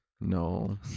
no